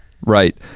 Right